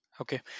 Okay